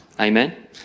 Amen